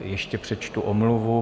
Ještě přečtu omluvu.